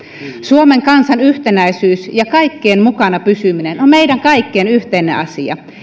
suomen kansan yhtenäisyys ja kaikkien mukana pysyminen on meidän kaikkien yhteinen asia